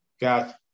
Got